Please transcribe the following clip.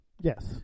Yes